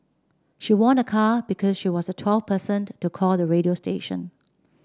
she won a car because she was the twelfth person to call the radio station